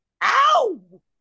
Ow